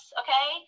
okay